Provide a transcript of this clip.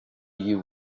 you